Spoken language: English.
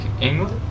English